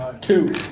Two